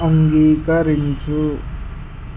అంగీకరించు